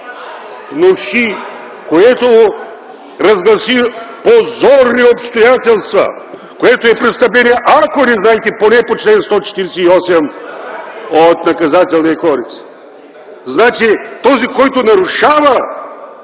...внуши, ...което разгласи позорни обстоятелства, което е престъпление, ако не знаете, поне по чл. 148 от Наказателния кодекс. Значи, този, който нарушава,